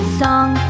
song